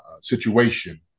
situation